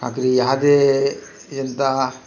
ଆଗ୍ରେ ଇହାଦେ ଏନ୍ତା